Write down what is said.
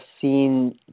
seen